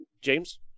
James